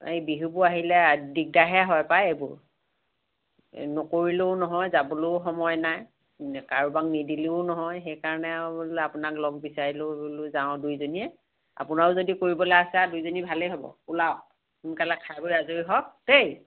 এই বিহুবোৰ আহিলে দিগদাৰহে হয় পায় এইবোৰ নকৰিলেও নহয় যাবলৈও সময় নাই কাৰোবাক নিদিলেও নহয় সেইকাৰণে আৰু বোলো আপোনাক লগ বিচাৰিলোঁ বোলো যাওঁ দুইজনীয়ে আপোনাৰো যদি কৰিবলৈ আছে দুইজনীৰ ভালেই হ'ব ওলাওক সোনকালে খাই বৈ আজৰি হওক দেই